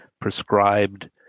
prescribed